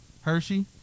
Hershey